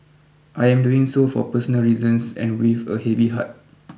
I am doing so for personal reasons and with a heavy heart